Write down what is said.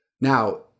Now